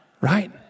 Right